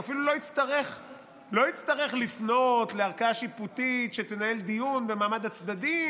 הוא אפילו לא יצטרך לפנות לערכאה שיפוטית שתנהל דיון במעמד הצדדים,